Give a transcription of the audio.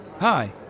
hi